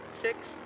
six